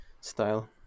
style